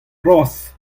bras